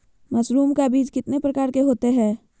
Mushroom का बीज कितने प्रकार के होते है?